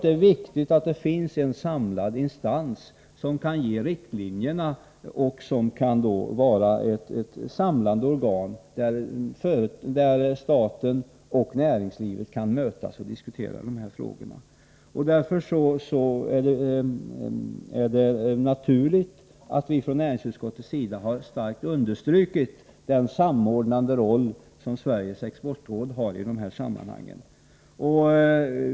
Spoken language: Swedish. Det är viktigt att det finns en instans som kan ge riktlinjerna och som kan vara ett samlande organ, där staten och näringslivet kan mötas och diskutera dessa frågor. Därför är det naturligt att vi från näringsutskottets sida starkt har understrukit den samordnande roll som Sveriges exportråd har i dessa sammanhang.